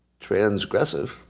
Transgressive